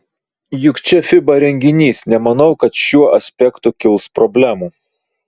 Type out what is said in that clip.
juk čia fiba renginys nemanau kad šiuo aspektu kils problemų